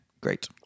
great